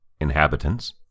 inhabitants